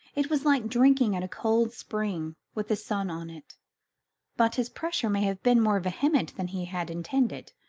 it was like drinking at a cold spring with the sun on it but his pressure may have been more vehement than he had intended,